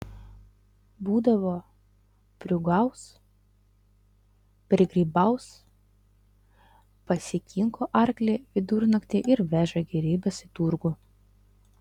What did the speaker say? būdavo priuogaus prigrybaus pasikinko arklį vidurnaktį ir veža gėrybes į turgų